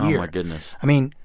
yeah my goodness i mean,